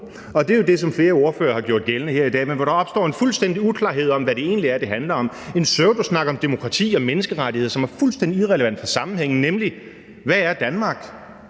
Og det er jo det, som flere ordførere har gjort gældende her i dag, men hvor der opstår en fuldstændig uklarhed om, hvad det egentlig er, det handler om – en pseudosnak om demokrati og menneskerettigheder, som er fuldstændig irrelevant for sammenhængen, nemlig hvad er Danmark;